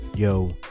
Yo